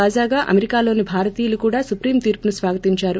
తాజాగా అమెరికాలోని భారతీయులు కూడా సుప్రీం తీర్చును స్వాగతించారు